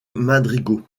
madrigaux